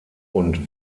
und